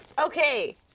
Okay